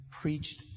preached